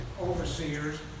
overseers